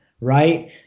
Right